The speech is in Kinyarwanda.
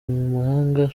mumahanga